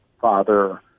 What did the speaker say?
father